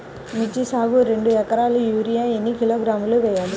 మిర్చి సాగుకు రెండు ఏకరాలకు యూరియా ఏన్ని కిలోగ్రాములు వేయాలి?